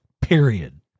period